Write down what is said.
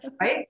Right